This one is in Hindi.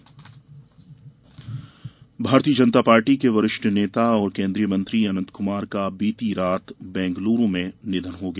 अनंत कुमार भारतीय जनता पार्टी के वरिष्ठ नेता और केन्द्रीय मंत्री अनंत कुमार का बीती देर रात बैंगलूरू में निधन हो गया